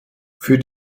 für